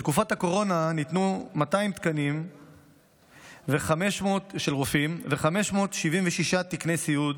בתקופת הקורונה ניתנו 200 תקנים של רופאים ו-576 תקני סיעוד